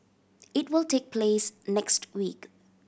it will take place next week